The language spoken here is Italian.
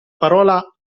parola